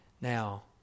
Now